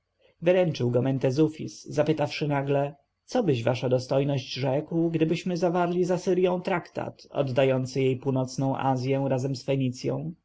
wyręczył go mentezufis zapytawszy nagle cobyś wasza dostojność rzekł gdybyśmy zawarli z asyrją traktat oddający jej północną azję razem z